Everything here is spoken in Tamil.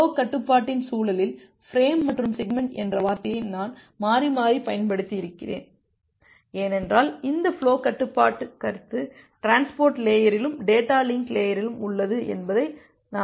ஃபுலோக் கட்டுப்பாட்டின் சூழலில் பிரேம் மற்றும் செக்மெண்ட் என்ற வார்த்தையை நான் மாறி மாறிப் பயன்படுத்தினேன் ஏனென்றால் இந்த ஃபுலோக் கட்டுப்பாட்டு கருத்து டிரான்ஸ்போர்ட் லேயரிலும் டேட்டா லிங்க் லேயரிலும் உள்ளது என்பதை நாங்கள் கண்டோம்